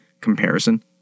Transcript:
comparison